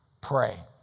pray